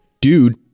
dude